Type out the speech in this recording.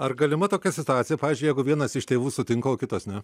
ar galima tokia situacija pavyzdžiui jeigu vienas iš tėvų sutinka o kitas ne